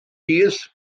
dydd